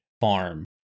farm